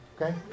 Okay